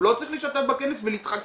הוא לא צריך להשתתף בכנס ולהתחכך,